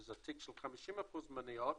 שזה תיק של 50% מניות,